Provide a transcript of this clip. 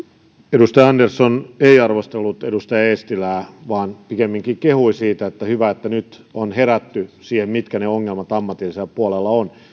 edustaja andersson ei arvostellut edustaja eestilää vaan pikemminkin kehui siitä että on hyvä että nyt on herätty siihen mitkä ne ongelmat ammatillisella puolella ovat